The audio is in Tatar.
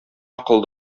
акыл